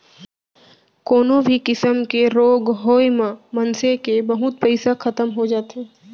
कोनो भी किसम के रोग होय म मनसे के बहुत पइसा खतम हो जाथे